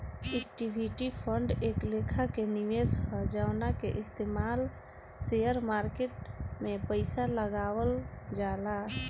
equity fund एक लेखा के निवेश ह जवना के इस्तमाल शेयर मार्केट में पइसा लगावल जाला